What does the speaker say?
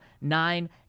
nine